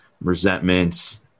resentments